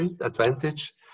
advantage